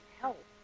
help